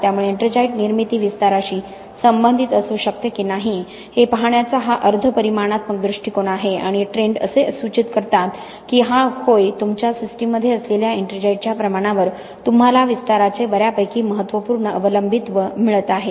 त्यामुळे एट्रिंजाईट निर्मिती विस्ताराशी संबंधित असू शकते की नाही हे पाहण्याचा हा अर्ध परिमाणात्मक दृष्टीकोन आहे आणि ट्रेंड असे सूचित करतात की होय तुमच्या सिस्टममध्ये असलेल्या एट्रिंजाइटच्या प्रमाणावर तुम्हाला विस्ताराचे बऱ्यापैकी महत्त्वपूर्ण अवलंबित्व मिळत आहे